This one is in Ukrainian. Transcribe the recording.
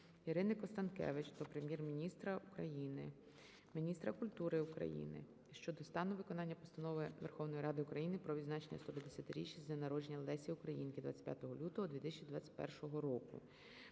Ірини Констанкевич до Прем'єр-міністра України, міністра культури України щодо стану виконання Постанови Верховної Ради України "Про відзначення 150-річчя з дня народження Лесі Українки (25 лютого 2021 року)"